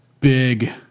big